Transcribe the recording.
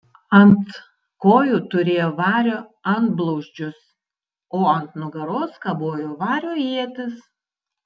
ant kojų turėjo vario antblauzdžius o ant nugaros kabojo vario ietis